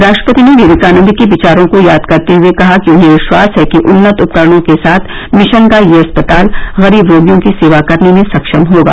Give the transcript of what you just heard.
राष्ट्रपति ने विवेकानन्द के विचारों को याद करते हुए कहा कि उन्हें विश्वास है कि उन्नत उपकरणों के साथ मिशन का यह अस्पताल गरीब रोगियों की सेवा करने में सक्षम होगा